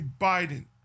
Biden